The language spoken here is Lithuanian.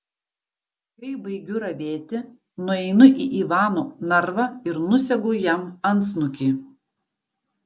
kai baigiu ravėti nueinu į ivano narvą ir nusegu jam antsnukį